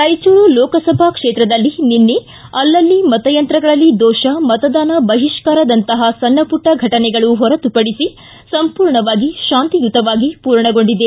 ರಾಯಚೂರು ಲೋಕಸಭಾ ಕ್ಷೇತ್ರದಲ್ಲಿ ನಿನ್ನೆ ಚುನಾವಣೆ ಅಲ್ಲಲ್ಲಿ ಮತಯಂತ್ರಗಳಲ್ಲಿ ದೋಷ ಮತದಾನ ಬಹಿಷ್ಕಾರದಂತಹ ಸಣ್ಣಪುಟ್ಟ ಫಟನೆಗಳು ಹೊರತುಪಡಿಸಿ ಸಂಪೂರ್ಣವಾಗಿ ಶಾಂತಿಯುತವಾಗಿ ಪೂರ್ಣಗೊಂಡಿದೆ